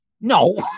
No